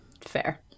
fair